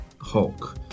Hulk